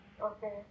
Okay